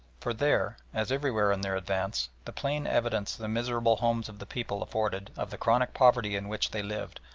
for there, as everywhere on their advance, the plain evidence the miserable homes of the people afforded of the chronic poverty in which they lived,